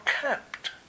kept